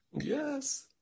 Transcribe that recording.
Yes